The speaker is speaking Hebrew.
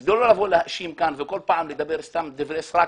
וכדי לא לבוא ולהאשים וכל פעם לדבר סתם דברי סרק